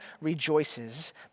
rejoices